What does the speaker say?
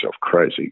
crazy